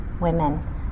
women